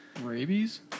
rabies